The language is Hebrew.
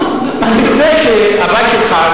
אני רוצה שהבת שלך,